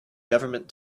government